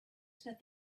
that